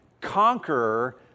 conqueror